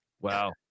Wow